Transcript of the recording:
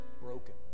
broken